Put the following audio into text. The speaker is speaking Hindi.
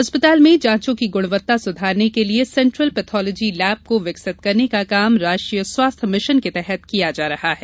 अस्पताल में जांचों की गुणवत्ता सुधारने के लिये सेंट्रल पैथालॉजी लैब को विकसित करने का काम राष्ट्रीय स्वास्थ्य मिशन के तहत किया जा रहा है